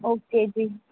okay ਜੀ